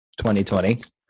2020